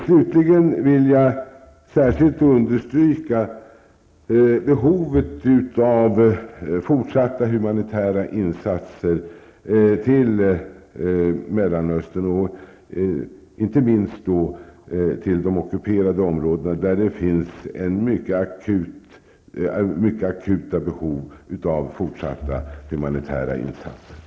Slutligen vill jag särskilt understryka behovet av fortsatta humanitära insatser i Mellanöstern, inte minst då i de ockuperade områdena, där det finns mycket akuta behov av fortsatta humanitära insatser.